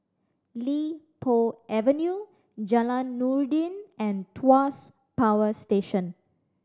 Li Po Avenue Jalan Noordin and Tuas Power Station